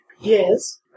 Yes